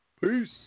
Peace